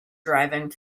driving